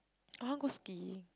I want go skiing